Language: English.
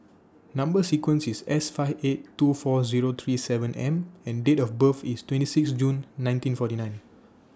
Number sequence IS S five eight two four Zero three seven M and Date of birth IS twenty six June nineteen forty nine